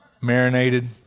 marinated